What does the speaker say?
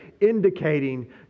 indicating